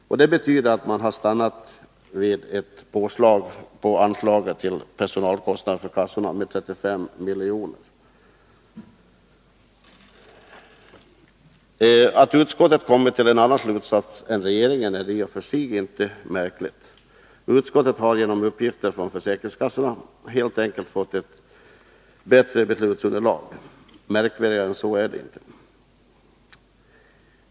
Utskottet har därför stannat vid en ökning med 35 milj.kr. av anslaget till personalkostnader för kassorna. Att utskottet har kommit till en annan slutsats än regeringen är i och för sig inte märkligt. Utskottet har genom uppgifter från försäkringskassorna helt enkelt fått ett bättre beslutsunderlag. Märkvärdigare än så är det inte.